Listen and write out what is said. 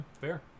Fair